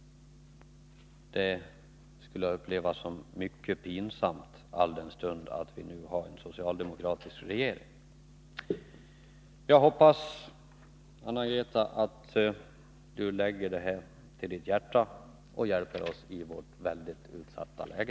Det skulle jag uppleva som mycket pinsamt alldenstund vi nu har en socialdemokratisk regering. Jag hoppas att Anna-Greta Leijon tar detta till sitt hjärta och hjälper oss i vårt mycket utsatta läge.